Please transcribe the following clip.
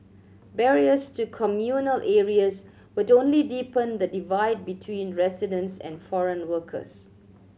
barriers to communal areas would only deepen the divide between residents and foreign workers